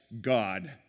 God